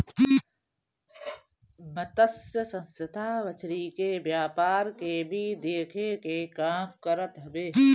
मतस्य संस्था मछरी के व्यापार के भी देखे के काम करत हवे